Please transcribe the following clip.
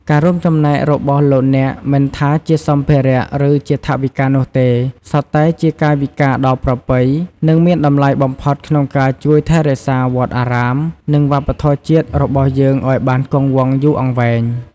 ការរួមចំណែករបស់លោកអ្នក មិនថាជាសម្ភារៈ ឬជាថវិកានោះទេ សុទ្ធតែជាកាយវិការដ៏ប្រពៃ និងមានតម្លៃបំផុតក្នុងការជួយថែរក្សាវត្តអារាម និងវប្បធម៌ជាតិរបស់យើងឱ្យបានគង់វង្សយូរអង្វែង។